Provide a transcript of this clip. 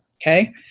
Okay